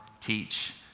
teach